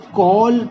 call